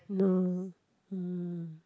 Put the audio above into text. no